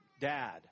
dad